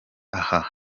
aha